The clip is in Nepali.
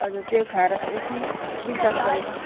हजुर त्यो खाएर एकछिन विश्राम गरेको नि